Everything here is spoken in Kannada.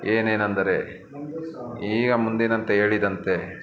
ಏನೇನೆಂದರೆ ಈಗ ಮುಂದಿನಂತೆ ಹೇಳಿದಂತೆ